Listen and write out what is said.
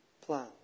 plan